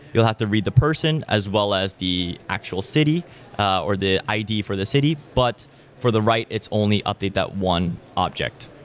you'll have to read the person as well as the actual city or the id for the city. but for the write, it's only update that one object.